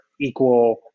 equal